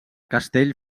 castell